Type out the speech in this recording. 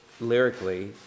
lyrically